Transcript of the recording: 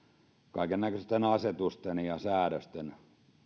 kaikennäköisten asetusten ja säädösten